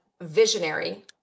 visionary